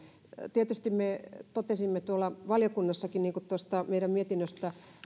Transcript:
tietystihän me totesimme sen tuolla valiokunnassakin niin kuin tuosta meidän mietinnöstämme